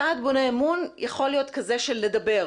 צעד בונה אמון יכול להיות כזה של לדבר,